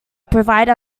provide